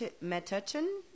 Metuchen